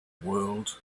world